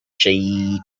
sheep